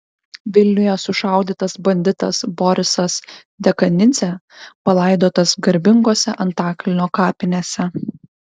vilniuje sušaudytas banditas borisas dekanidzė palaidotas garbingose antakalnio kapinėse